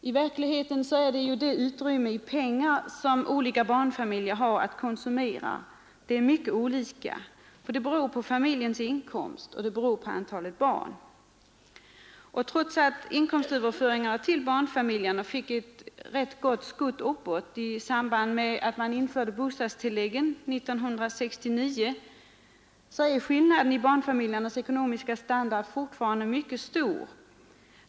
I verkligheten är det utrymme av pengar, som olika barnfamiljer har att konsumera, mycket olika, det beror på familjens inkomst och på antalet barn. Trots att inkomstöverföringarna till barnfamiljerna fick ett rätt gott skutt uppåt i samband med att man införde bostadstilläggen 1969 är skillnaden i barnfamiljernas ekonomiska standard fortfarande mycket stor.